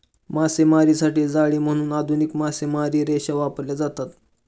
मासेमारीसाठी जाळी म्हणून आधुनिक मासेमारी रेषा वापरल्या जातात